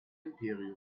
imperiums